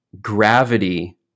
gravity